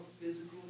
physical